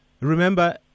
remember